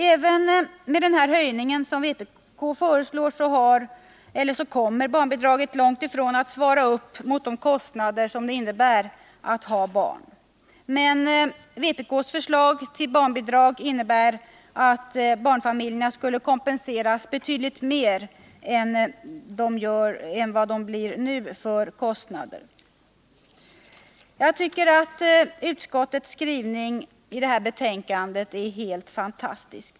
Även med den höjning som vpk föreslår kommer barnbidraget långt ifrån att svara mot de verkliga kostnader som det innebär att ha ett barn, men vpk:s förslag till barnbidrag innebär att barnfamiljerna skulle kompenseras betydligt mer än nu. Å Utskottets skrivning är helt fantastisk.